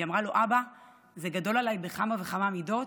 היא אמרה לו: אבא, זה גדול עליי בכמה וכמה מידות,